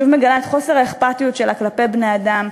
שוב מגלה את חוסר האכפתיות שלה כלפי בני-אדם,